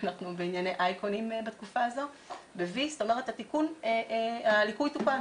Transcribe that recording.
זאת אומרת הליקוי תוקן.